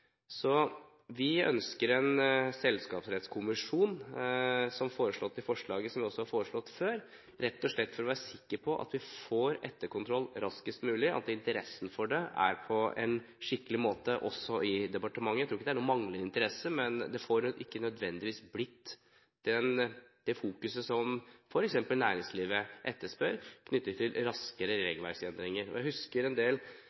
Vi ønsker en selskapsrettskommisjon, som foreslått i forslaget – som vi også har foreslått før – rett og slett for å være sikker på at vi får etterkontroll raskest mulig, og at interessen for det er skikkelig også i departementet. Jeg tror ikke det er manglende interesse, men det blir ikke nødvendigvis det fokuset som f.eks. næringslivet etterspør, knyttet til raskere regelverksendringer. Jeg husker en del